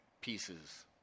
pieces